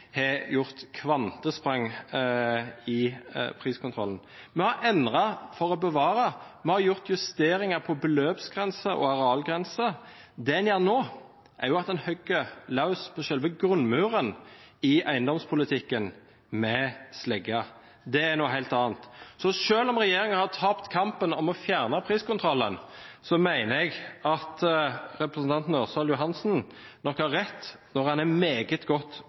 har gjort kvantesprang i priskontrollen. Vi har endret for å bevare, vi har gjort justeringer på beløpsgrense og arealgrense. Det en gjør nå, er å hugge løs på selve grunnmuren i eiendomspolitikken med slegge. Det er noe helt annet. Så selv om regjeringen har tapt kampen om å fjerne priskontrollen, mener jeg at representanten Ørsal Johansen nok har rett når han er meget godt